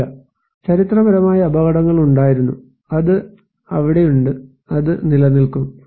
ഇല്ല ചരിത്രപരമായി അപകടങ്ങൾ ഉണ്ടായിരുന്നു അത് അവിടെയുണ്ട് അത് നിലനിൽക്കും